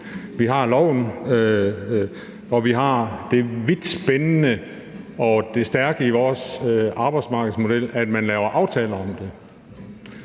Vi har loven, og vi har det vidt spændende og det stærke i vores arbejdsmarkedsmodel, at man laver aftaler om det.